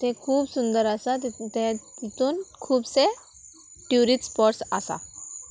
तें खूब सुंदर आसा ते तितून खुबशे ट्युरिस्ट स्पोट्स आसा